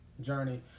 journey